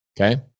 Okay